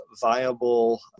viable